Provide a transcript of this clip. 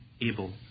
able